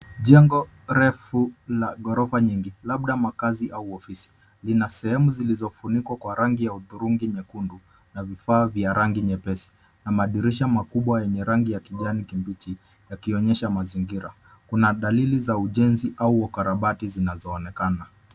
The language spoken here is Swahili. Jengo refu la ghorofa nyingi, labda makazi au ofisi. Lina sehemu zilizofunikwa kwa rangi ya hudhurungi nyekundu na vifaa vya rangi nyepesi na madirisha makubwa yenye rangi ya kijani kibichi, yakionyesha mazingira. Kuna dalili za ujenzi au ukarabati zinazoonekana.